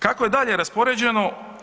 Kako je dalje raspoređeno?